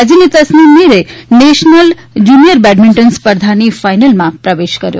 રાજ્યની તસનીમ મીરે national junior badminton સ્પર્ધાની ફાઈનલમાં પ્રવેશ કર્યો